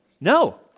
No